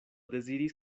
deziris